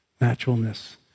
naturalness